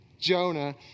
Jonah